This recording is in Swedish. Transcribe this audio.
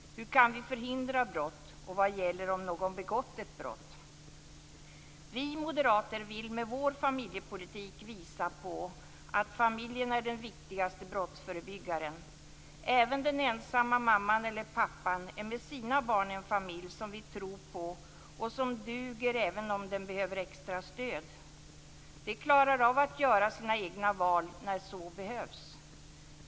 Hur kan vi förhindra brott, och vad gäller om någon har begått ett brott? Vi moderater vill med vår familjepolitik visa på att familjen är den viktigaste brottsförebyggaren. Även den ensamma mamman eller pappan är med sina barn en familj, en familj som vi tror på och som duger även om den behöver extra stöd. Den klarar av att göra sina egna val när så behövs.